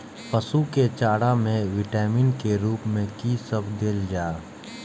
पशु के चारा में विटामिन के रूप में कि सब देल जा?